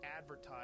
advertise